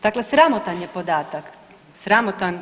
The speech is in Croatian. Dakle, sramotan je podatak, sramotan.